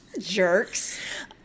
jerks